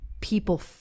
people